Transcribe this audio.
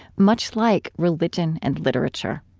much like religion and literature.